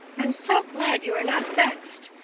i'm so glad you are not vexed.